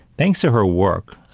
thanks to her work,